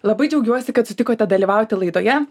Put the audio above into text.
labai džiaugiuosi kad sutikote dalyvauti laidoje